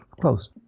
close